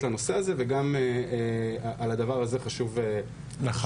לנושא הזה וגם את הדבר הזה חשוב לציין.